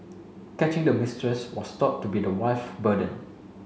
catching the mistress was thought to be the wife burden